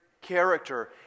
character